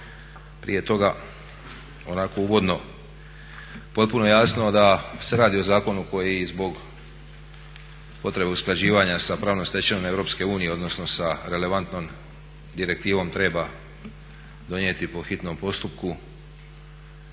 Prije toga onako uvodno potpuno jasno da se radi o zakonu koji zbog potreba usklađivanja sa pravnom stečevinom EU, odnosno sa relevantnom direktivom treba donijeti po hitnom postupku